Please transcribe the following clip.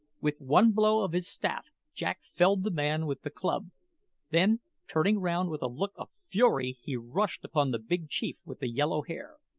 with one blow of his staff jack felled the man with the club then turning round with a look of fury he rushed upon the big chief with the yellow hair.